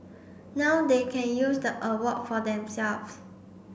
now they can use the award for themselves